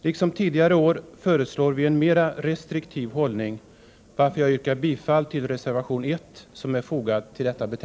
Liksom tidigare år föreslår vi en mer restriktiv hållning, varför jag yrkar bifall till reservation 1.